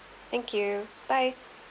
thank you bye